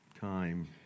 time